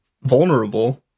Vulnerable